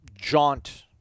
jaunt